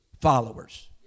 followers